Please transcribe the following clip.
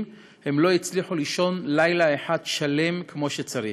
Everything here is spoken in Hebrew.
הן לא הצליחו לישון לילה אחד שלם כמו שצריך.